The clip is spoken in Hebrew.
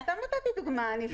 אני סתם נתתי דוגמה.